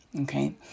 okay